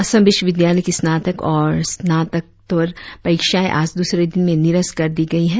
असम विश्वविद्यालय की स्नातक और स्नातकोत्तर परीक्षाएं आज दूसरे दिन भी निरस्त कर दी गयी हैं